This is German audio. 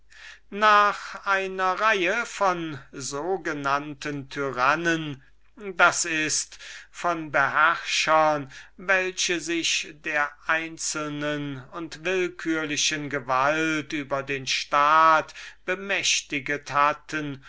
nach einer reihe von so genannten tyrannen das ist von beherrschern welche sich der einzelnen und willkürlichen gewalt über den staat bemächtiget hatten